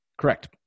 Correct